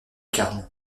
carmes